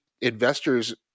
investors